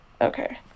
okay